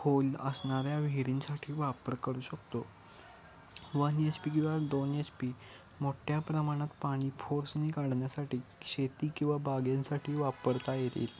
खोल असणाऱ्या विहिरींसाठी वापर करू शकतो वन एच पी किंवा दोन एच पी मोठ्या प्रमाणात पाणी फोर्सनी काढण्यासाठी शेती किंवा बागांसाठी वापरता येतील